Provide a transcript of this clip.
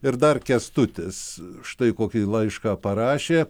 ir dar kęstutis štai kokį laišką parašė